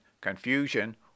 confusion